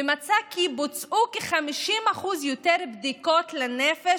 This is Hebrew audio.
הוא מצא כי בוצעו כ-50% יותר בדיקות לנפש